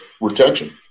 retention